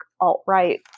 alt-right